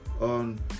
on